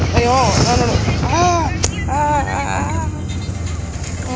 ಪ್ರಮುಖವಾಗಿ ಒಂದು ವಿನಿಮಯದ ಸಾಧನವಾಗಿ ಒಂದು ಲೆಕ್ಕದ ಏಕಮಾನವಾಗಿ ಮತ್ತು ಒಂದು ಮೌಲ್ಯದ ಸಂಗ್ರಹವಾಗಿ ಹಣವನ್ನು ಉಪಯೋಗಿಸಲಾಗುತ್ತೆ